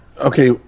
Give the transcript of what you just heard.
Okay